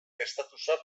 estatusa